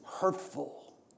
hurtful